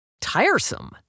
tiresome